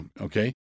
okay